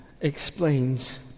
explains